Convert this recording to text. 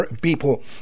people